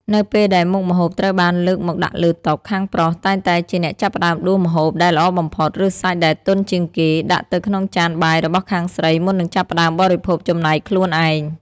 នៅពេលដែលមុខម្ហូបត្រូវបានលើកមកដាក់លើតុ ខាងប្រុសតែងតែជាអ្នកចាប់ផ្ដើមដួសម្ហូបដែលល្អបំផុត ឬសាច់ដែលទន់ជាងគេ ដាក់ទៅក្នុងចានបាយរបស់ខាងស្រីមុននឹងចាប់ផ្ដើមបរិភោគចំណែកខ្លួនឯង។